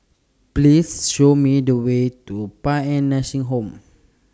Please Show Me The Way to Paean Nursing Home